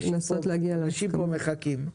אנשים פה מחכים לזה.